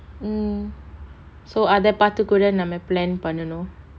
mm so அத பாத்து கூட நம்ம:atha paathu kooda namma plan பண்ணனும்:pannanum